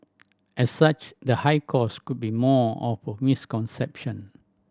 as such the high cost could be more of a misconception